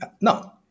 No